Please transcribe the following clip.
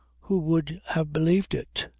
who would have believed it?